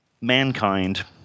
mankind